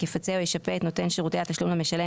יפצה או ישפה את נותן שירותי התשלום למשלם